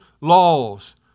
laws